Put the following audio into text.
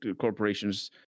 corporations